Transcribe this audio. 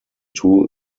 two